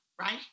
right